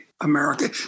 America